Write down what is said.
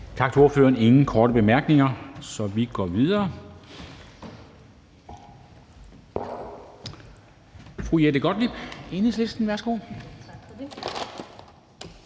Tak til ordføreren. Der er ingen korte bemærkninger, så vi går videre. Fru Jette Gottlieb, Enhedslisten, værsgo. Kl.